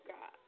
God